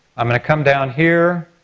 i'm gonna come down here,